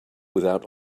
without